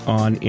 on